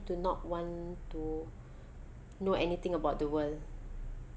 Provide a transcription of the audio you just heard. to not want to know anything about the world